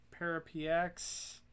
ParapX